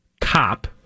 cop